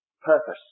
purpose